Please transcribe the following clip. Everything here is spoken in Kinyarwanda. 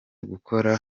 gukora